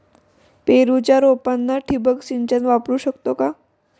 पेरूच्या रोपांना ठिबक सिंचन वापरू शकतो का?